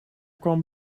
kwam